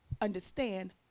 understand